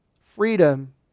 freedom